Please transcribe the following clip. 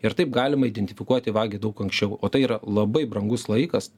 ir taip galima identifikuoti vagį daug anksčiau o tai yra labai brangus laikas